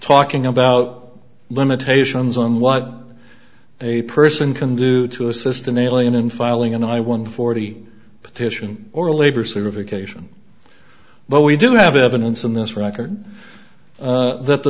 talking about limitations on what a person can do to assist an alien in filing an i one forty petition or labor certification but we do have evidence in this record that the